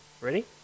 Ready